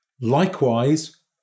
Likewise